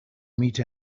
meet